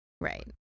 Right